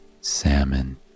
salmon